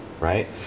Right